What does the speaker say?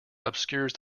obscures